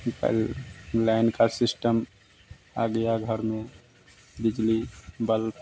कल लेन का सिस्टम आ गया घर में बिजली बल्ब